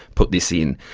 put this in.